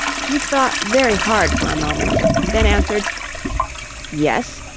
he thought very hard for a moment, then answered yes,